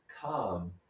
come